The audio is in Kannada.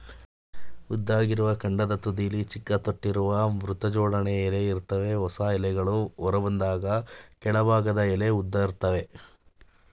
ದುಂಡಗಿರುವ ಕಾಂಡದ ತುದಿಲಿ ಚಿಕ್ಕ ತೊಟ್ಟಿರುವ ವೃತ್ತಜೋಡಣೆ ಎಲೆ ಇರ್ತವೆ ಹೊಸ ಎಲೆಗಳು ಹೊರಬಂದಾಗ ಕೆಳಭಾಗದ ಎಲೆ ಉದುರ್ತವೆ